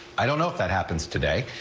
i don't know if that happens today.